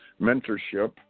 mentorship